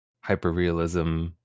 hyper-realism